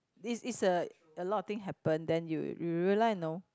is is a a lot of thing happen then you you realise know